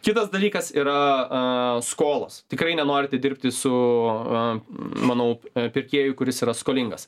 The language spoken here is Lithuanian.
kitas dalykas yra skolos tikrai nenorite dirbti su manau pirkėju kuris yra skolingas